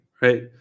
right